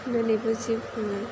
होनानैबो जिउ खुङो